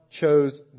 chose